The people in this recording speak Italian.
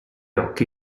occhi